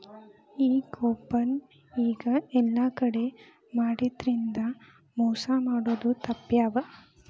ಈ ಕೂಪನ್ ಈಗ ಯೆಲ್ಲಾ ಕಡೆ ಮಾಡಿದ್ರಿಂದಾ ಮೊಸಾ ಮಾಡೊದ್ ತಾಪ್ಪ್ಯಾವ